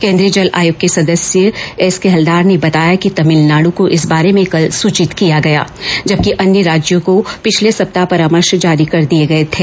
केन्द्रीय जल आयोग के सदस्य एस के हल्दार ने बताया कि तमिलनाडु को इस बारे में कल सूचित किया गया जबकि अन्य राज्यों को पिछले सप्ताह परामर्श जारी कर दिए गए थे